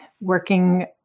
working